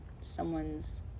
someone's